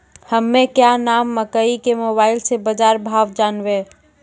हमें क्या नाम मकई के मोबाइल से बाजार भाव जनवे?